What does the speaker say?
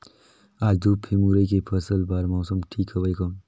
आज धूप हे मुरई के फसल बार मौसम ठीक हवय कौन?